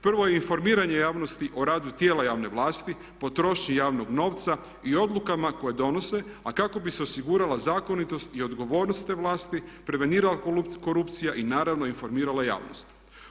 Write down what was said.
Prvo je informiranje javnosti o radu tijela javne vlasti, potrošnji javnog novca i odlukama koje donose a kako bi se osigurala zakonitost i odgovornost te vlasti, prevenirala korupcija i naravno informirala javnost.